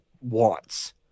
wants